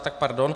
Tak pardon.